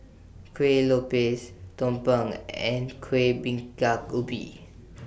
Kueh Lopes Tumpeng and Kueh Bingka Ubi